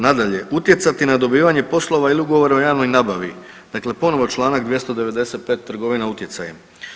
Nadalje, utjecati na dobivanje poslova ili ugovora o javnoj nabavi, dakle, ponovno članak 295. trgovina utjecajem.